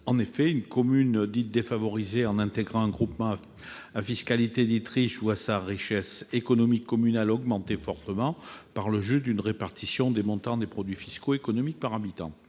En effet, une commune dite « défavorisée », en intégrant un groupement à fiscalité propre dit « riche », voit sa richesse économique communale augmentée fortement par le jeu d'une répartition des montants de produits fiscaux économiques par habitant.